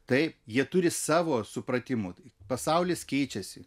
taip jie turi savo supratimu pasaulis keičiasi